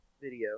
video